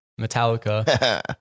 Metallica